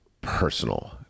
personal